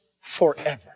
forever